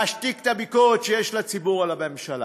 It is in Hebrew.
להשתיק את הביקורת שיש לציבור על הממשלה,